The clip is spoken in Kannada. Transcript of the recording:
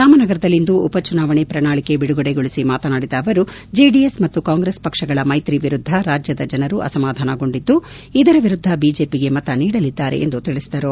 ರಾಮನಗರದಲ್ಲಿಂದು ಉಪಚುನಾವಣೆ ಪ್ರಣಾಳಿಕೆ ಬಿಡುಗಡೆಗೊಳಿಸಿ ಮಾತನಾಡಿದ ಅವರು ಜೆಡಿಎಸ್ ಮತ್ತು ಕಾಂಗ್ರೆಸ್ ಪಕ್ಷಗಳ ಮೈತ್ರಿ ವಿರುದ್ದ ರಾಜ್ಯದ ಜನರು ಅಸಮಾಧಾನಗೊಂಡಿದ್ದು ಇದರ ವಿರುದ್ದ ಬಿಜೆಪಿಗೆ ಮತನೀಡಲಿದ್ದಾರೆ ಎಂದು ತಿಳಿಸಿದರು